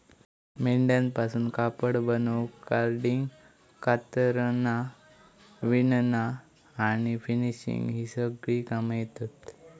मेंढ्यांपासून कापड बनवूक कार्डिंग, कातरना, विणना आणि फिनिशिंग ही सगळी कामा येतत